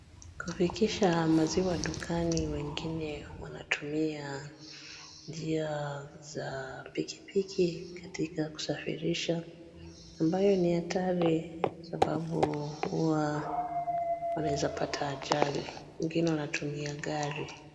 Kufukisha maziwa dukani wengine wanatumia njia za pikipiki katika kusafirisha mabyo ni hatari sababu huwa unaezapata ajali. Wengine wanatumia gari.